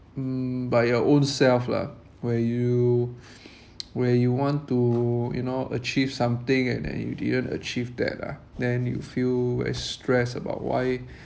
mm by your ownself lah where you where you want to you know achieve something and then you didn't achieve that lah then you feel very stressed about why